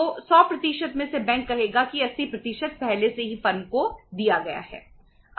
तो 100 में से बैंक कहेगा कि 80 पहले से ही फर्म को दिया गया है